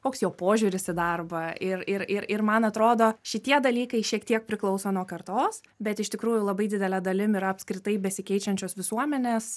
koks jo požiūris į darbą ir ir ir ir man atrodo šitie dalykai šiek tiek priklauso nuo kartos bet iš tikrųjų labai didele dalim yra apskritai besikeičiančios visuomenės